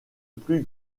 plus